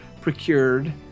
procured